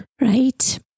Right